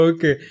Okay